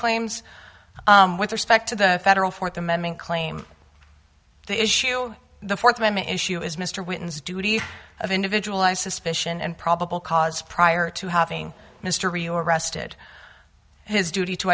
claims with respect to the federal fourth amendment claim the issue the fourth amendment issue is mr wiggins duty of individual i suspicion and probable cause prior to having mr you arrested his duty to